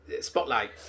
Spotlight